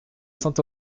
saint